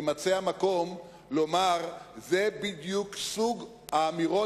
יימצא המקום לומר שזה בדיוק סוג האמירות